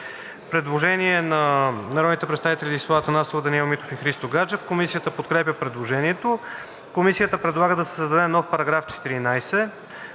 Предложение на народните представители Десислава Атанасова, Даниел Митов и Христо Гаджев. Комисията подкрепя предложението. Комисията предлага да се създаде нов § 14,